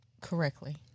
Correctly